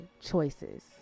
choices